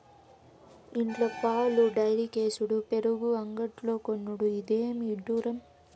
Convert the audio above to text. ఇండ్ల పాలు డైరీకేసుడు పెరుగు అంగడ్లో కొనుడు, ఇదేమి ఇడ్డూరం